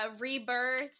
rebirth